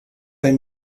pas